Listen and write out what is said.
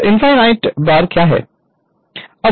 तो infinite बार क्या है